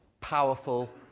powerful